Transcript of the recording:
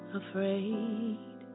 afraid